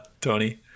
Tony